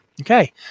Okay